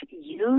use